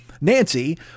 Nancy